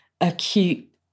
acute